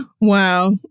wow